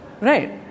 Right